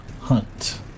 hunt